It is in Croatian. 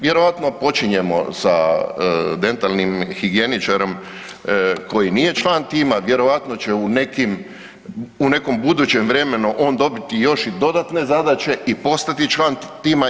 Vjerojatno počinjemo sa dentalnim higijeničarom koji nije član tima, vjerojatno će u nekim, u nekom budućem vremenu on dobiti još i dodatne zadaće i postati član tima.